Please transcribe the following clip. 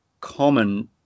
common